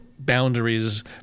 boundaries